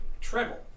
treble